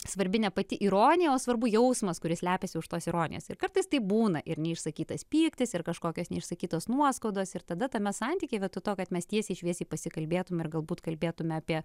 svarbi ne pati ironija o svarbu jausmas kuris slepiasi už tos ironijos ir kartais tai būna ir neišsakytas pyktis ir kažkokios neišsakytos nuoskaudos ir tada tame santykyje vietoj to kad mes tiesiai šviesiai pasikalbėtume ir galbūt kalbėtume apie